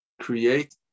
create